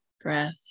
breath